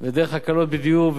ודרך הקלות בדיור,